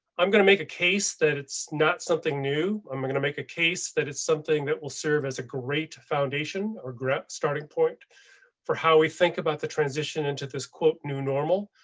i'm going to make a case that it's not something new. um i'm going to make a case that is something that will serve as a great foundation or group starting point for how we think about the transition into this quote. new normal.